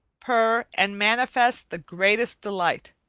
purr, and manifest the greatest delight